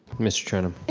mr. trenum.